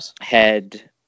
head